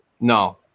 No